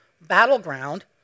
battleground